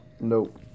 Nope